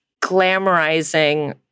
glamorizing